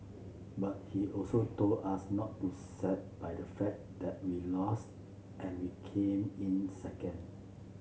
but he also told us not too sad by the fact that we lost and we came in second